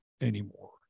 anymore